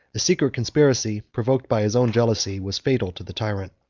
a secret conspiracy, provoked by his own jealousy, was fatal to the tyrant.